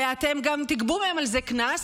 ואתם גם תגבו מהם על זה קנס,